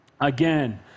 again